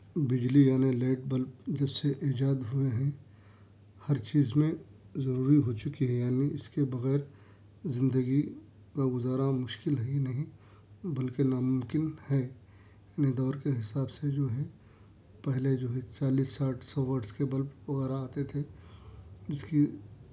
بجلی یعنی light bulb جب سے ایجاد ہوئے ہیں ہر چیز میں ضروری ہو چکے ہیں یعنی اس کے بغیر زندگی کا گذارا مشکل ہی نہیں بلکہ نا ممکن ہے اپنے دور کے حساب سے جو ہے پہلے جو ہے چالیس ساٹھ سو واٹس کے بلب غیرہ آتے تھے جس کی